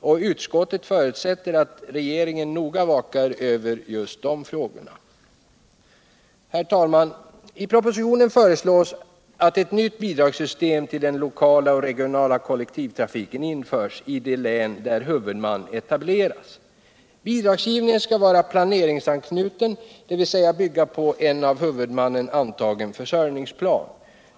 och utskottet förutsätter att regeringen noga vakar över dessa frågor. Herr talman! I propositionen föreslås att ett nytt system för bidrag till den lokala och regionala kollektivtrafiken införs i de län där huvudman etableras. Bidragsgivningen skall vara planeringsanknuten, dvs. bygga på en av huvudmannen antagen försörjningsplan.